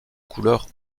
couleur